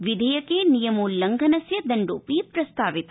विधेयके नियमोल्लंघनस्य दण्डोपि प्रस्तावि